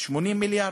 80 מיליארד.